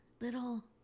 little